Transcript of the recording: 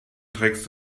trägst